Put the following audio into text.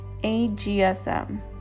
AGSM